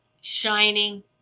shining